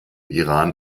iran